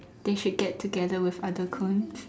they should get together with other cones